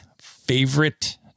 favorite